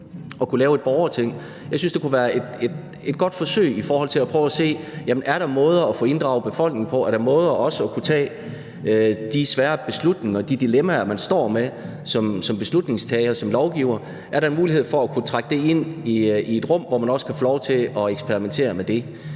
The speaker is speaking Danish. om at lave et borgerting kunne være et godt forsøg for at se, om der er måder at få inddraget befolkningen på, måder at kunne tage også de svære beslutninger på i forhold til de dilemmaer, man står med som beslutningstager, som lovgiver. Er der en mulighed for at trække det ind i et rum, hvor man også kan få lov til at eksperimentere med det?